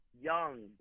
young